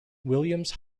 williams